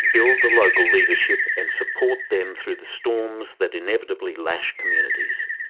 build the local leadership and support them through the storms that inevitably lash communities.